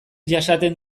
jasaten